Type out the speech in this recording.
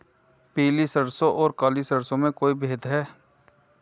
पीली सरसों और काली सरसों में कोई भेद है?